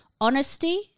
Honesty